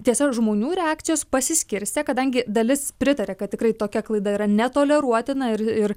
tiesa žmonių reakcijos pasiskirstė kadangi dalis pritaria kad tikrai tokia klaida yra netoleruotina ir ir